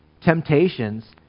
Temptations